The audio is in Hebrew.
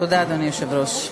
תודה, אדוני היושב-ראש.